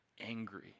angry